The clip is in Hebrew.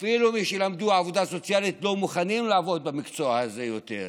אפילו מי שלמדו עבודה סוציאלית לא מוכנים לעבוד במקצוע הזה יותר.